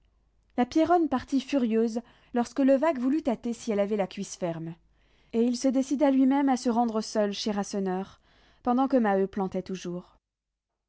la pierronne partit furieuse lorsque levaque voulut tâter si elle avait la cuisse ferme et il se décida lui-même à se rendre seul chez rasseneur pendant que maheu plantait toujours